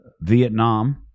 Vietnam